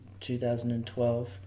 2012